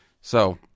So-